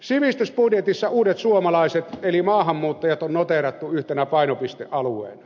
sivistysbudjetissa uudet suomalaiset eli maahanmuuttajat on noteerattu yhtenä painopistealueena